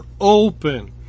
open